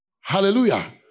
Hallelujah